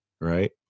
Right